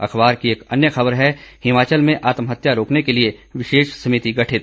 अखबार की एक अन्य खबर है हिमाचल में आत्महल्या रोकने के लिए विशेष समिति गठित